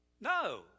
no